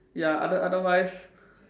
ya other otherwise